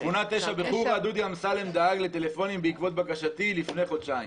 בשכונת תשע בח'ורא דודי אמסלם דאג לטלפונים בעקבות בקשתי לפני חודשיים.